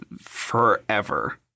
forever